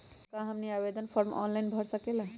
क्या हमनी आवेदन फॉर्म ऑनलाइन भर सकेला?